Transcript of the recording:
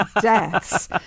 deaths